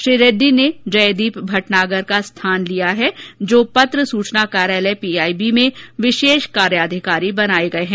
श्री रेड्डी ने जयदीप भटनागर का स्थान लिया है जो पत्र सूचना कार्यालय पीआईबी में विशेष कार्याधिकारी बनाए गए हैं